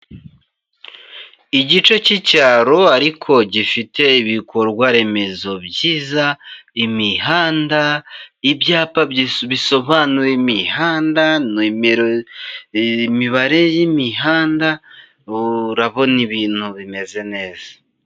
Igice cy'icyaro ariko gifite ibikorwaremezo byiza: imihanda, ibyapa bisobanura imihanda, imibare y'imihanda, urabona ibintu bimeze neza.